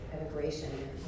immigration